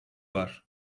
var